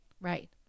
Right